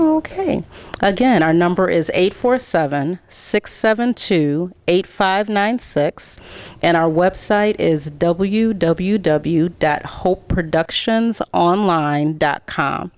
ok again our number is eight four seven six seven two eight five nine six and our website is w w w dot hope productions online dot com